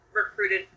recruited